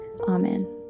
Amen